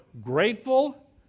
grateful